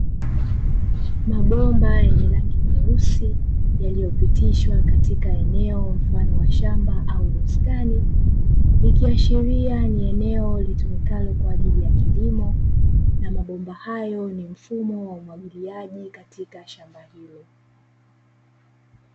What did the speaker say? Mabomba yenye rangi nyeusi yaliyopitishwa katika eneo mfano wa shamba au bustani, ikiashiria ni eneo litumikalo kwa ajili ya kilimo na mabomba hayo ni mfumo wa umwagiliaji katika shamba hilo.